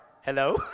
hello